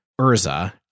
Urza